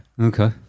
Okay